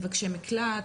מקלט,